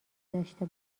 داشته